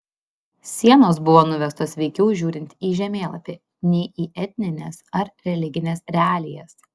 sienos buvo nuvestos veikiau žiūrint į žemėlapį nei į etnines ar religines realijas